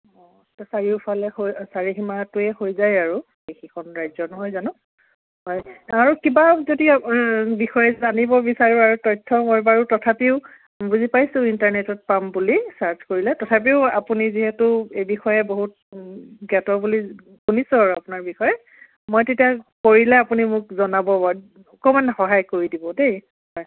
চাৰিওফালে হৈ চাৰিসীমাটোৱে হৈ যায় আৰু এইকিখন ৰাজ্য নহয় জানো হয় আৰু কিবা যদি বিষয়ে জানিব বিচাৰোঁ আৰু তথ্য মই বাৰু তথাপিও বুজি পাইছোঁ ইণ্টাৰনেটত পাম বুলি চাৰ্চ কৰিলে তথাপিও আপুনি যিহেতু এই বিষয়ে বহুত জ্ঞাত বুলি শুনিছোঁ আৰু আপোনাৰ বিষয়ে মই তেতিয়া কৰিলে আপুনি মোক জনাব অকণমান সহায় কৰি দিব দেই হয়